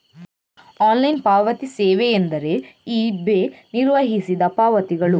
online ಪಾವತಿ ಸೇವೆಯೆಂದರೆ eBay ನಿರ್ವಹಿಸಿದ ಪಾವತಿಗಳು